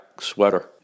sweater